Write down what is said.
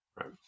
Right